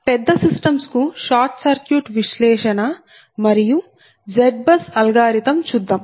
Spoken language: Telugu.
పెద్ద సిస్టమ్స్ కు షార్ట్ సర్క్యూట్ విశ్లేషణ మరియు Z బస్ అల్గోరిథం చూద్దాం